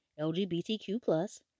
LGBTQ+